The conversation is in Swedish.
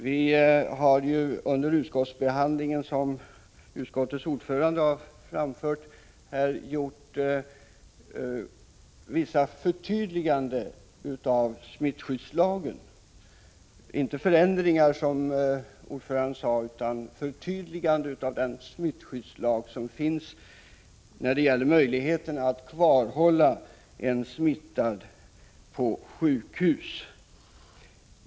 Vi har under utskottsbehandlingen gjort vissa förtydliganden av smittskyddslagen — inte förändringar, som utskottets ordförande sade — när det gäller möjligheten att kvarhålla en smittad på sjukhus.